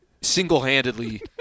single-handedly